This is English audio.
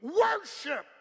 worship